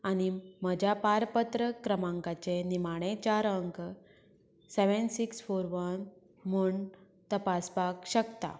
आनी म्हज्या पारपत्र क्रमांकाचे निमाणे चार अंक सॅवेन सिक्स फोर वन म्हूण तपासपाक शकता